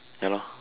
ya lor